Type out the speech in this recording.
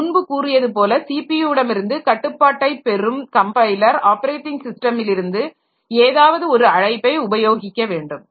நான் முன்பு கூறியது போல ஸிபியுவிடமிருந்து கட்டுப்பாட்டை பெறும் கம்பைலர் ஆப்பரேட்டிங் ஸிஸ்டமிலிருந்து ஏதாவது ஒரு அழைப்பை உபயோகிக்க வேண்டும்